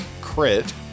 crit